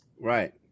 Right